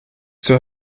zur